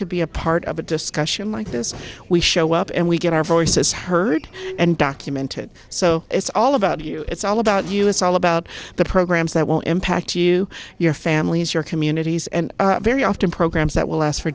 to be a part of a discussion like this we show up and we get our voices heard and documented so it's all about you it's all about you it's all about the programs that will impact you your families your communities and very often programs that will last for